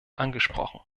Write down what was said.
angesprochen